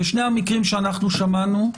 בשני המקרים שאנחנו שמענו,